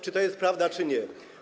Czy to jest prawda, czy nie?